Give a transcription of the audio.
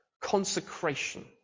consecration